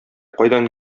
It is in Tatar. кайдан